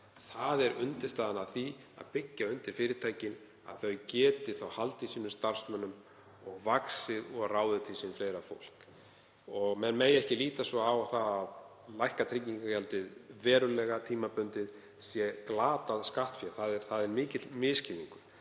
Það er undirstaðan að því að byggja undir fyrirtækin, að þau geti haldið sínum starfsmönnum og vaxið og ráðið til sín fleira fólk. Menn mega ekki líta svo á að það að lækka verulega tryggingagjaldið tímabundið sé glatað skattfé. Það er mikill misskilningur.